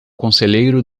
conselheiro